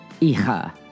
Hija